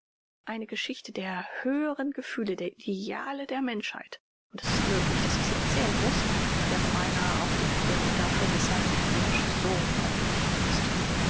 eine geschichte der höheren gefühle der ideale der menschheit und es ist möglich daß ich sie erzählen muß wäre beinahe auch die erklärung dafür weshalb der mensch so verdorben ist